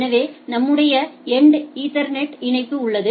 எனவே நம்முடைய எண்டு இல் ஈத்தர்நெட் இணைப்பு உள்ளது